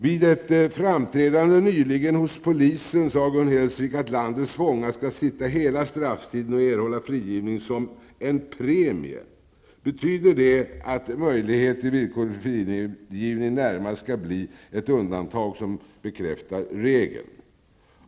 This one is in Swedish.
Vid ett framträdande nyligen hos polisen sade Gun Hellsvik att landets fångar skall sitta hela strafftiden och erhålla frigivningen som en premie. Betyder det att möjlighet till villkorlig frigivning närmast skall bli ett undantag som bekräftar regeln?